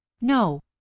No